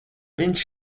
viņš